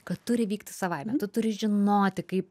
kad turi vykti savaime tu turi žinoti kaip